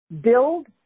Build